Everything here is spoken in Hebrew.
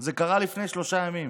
זה קרה לפני שלושה ימים.